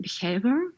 behavior